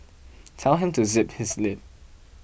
tell him to zip his lip